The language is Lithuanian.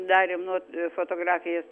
darėm nuo fotografijas